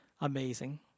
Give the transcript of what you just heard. Amazing